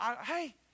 hey